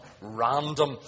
random